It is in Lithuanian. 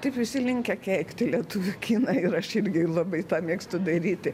taip visi linkę keikti lietuvių kiną ir aš irgi labai mėgstu daryti